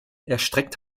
erstreckt